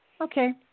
Okay